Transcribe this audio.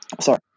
sorry